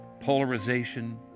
Polarization